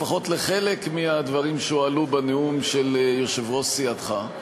לפחות לחלק מהדברים שהועלו בנאום של יושב-ראש סיעתך.